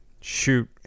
shoot